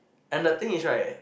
and the thing is right